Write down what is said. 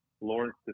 Lawrence